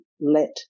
let